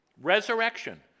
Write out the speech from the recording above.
resurrection